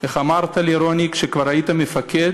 איך אמרת לי, רוני, כשכבר היית מפקד: